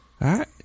right